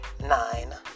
nine